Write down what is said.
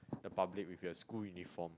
the public with your school uniform